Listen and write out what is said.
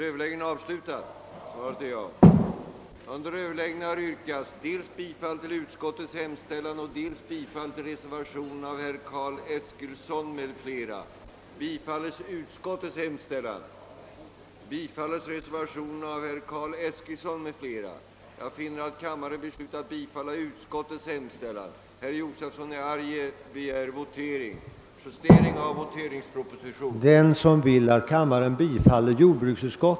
Herr talman! Jag får ge herr Hansson i Skegrie rätt i att enfamiljsjordbruket inte är något entydigt begrepp. Det varierar med hänsyn till produktionsinriktningen och geografisk belägenhet. Den långt drivna mekaniseringen gör att enfamiljsjordbruket ibland kan bli ett arealmässigt ganska stort jordbruk.